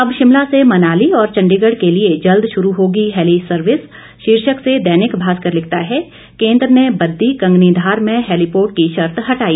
अब शिमला से मनाली और चंडीगढ़ के लिये जल्द शुरू होगी हेली सर्विस शीर्षक से दैनिक भास्कर लिखता है केन्द्र ने बद्दी कंगनी धार में हेलीपोर्ट की शर्त हटाई